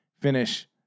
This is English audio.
finish